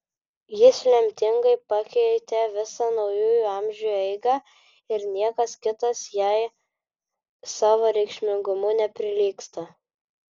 jis lemtingai paveikė visą naujųjų amžių eigą ir niekas kitas jai savo reikšmingumu neprilygsta